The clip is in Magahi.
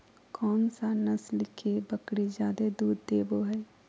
कौन सा नस्ल के बकरी जादे दूध देबो हइ?